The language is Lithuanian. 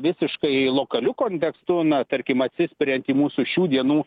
visiškai lokaliu kontekstu na tarkim atsispiriant į mūsų šių dienų